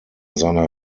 seiner